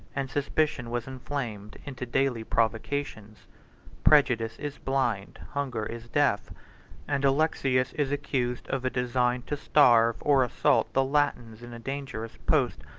and suspicion was inflamed into daily provocations prejudice is blind, hunger is deaf and alexius is accused of a design to starve or assault the latins in a dangerous post,